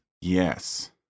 Yes